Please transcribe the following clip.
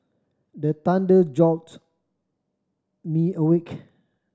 the thunder jolt me awake